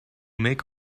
make